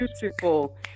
beautiful